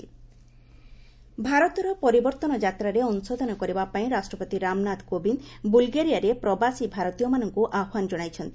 president Bulgaria ଭାରତର ପରିବର୍ତ୍ତନ ଯାତ୍ରାରେ ଅଂଶଦାନ କରିବା ପାଇଁ ରାଷ୍ଟ୍ରପତି ରାମନାଥ କୋବିନ୍ଦ ବୁଲଗେରିଆରେ ପ୍ରବାସୀ ଭାରତୀୟମାନଙ୍କୁ ଆହ୍ୱାନ ଜଣାଇଛନ୍ତି